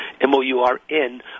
M-O-U-R-N